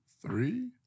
Three